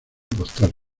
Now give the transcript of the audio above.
postal